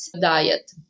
diet